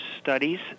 studies